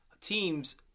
teams